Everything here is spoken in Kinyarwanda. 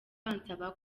bansaba